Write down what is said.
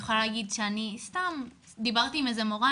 אני יכולה להגיד סתם דיברתי עם איזו מורה,